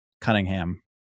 cunningham